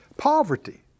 Poverty